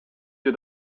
wir